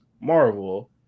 marvel